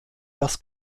das